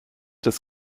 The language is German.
des